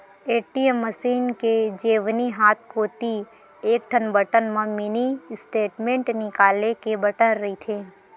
ATM machine के जेवनी हाथ कोती एकठन बटन म मिनी स्टेटमेंट निकाले के बटन रहिथे